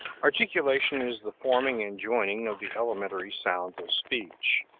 articulation is the forming and joining of the elementary sounds of speech.